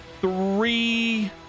three